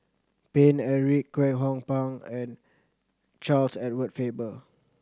Paine Eric Kwek Hong Png and Charles Edward Faber